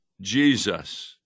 Jesus